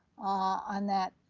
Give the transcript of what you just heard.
on that